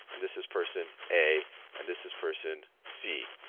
and this is person a and this is person c.